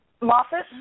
Moffat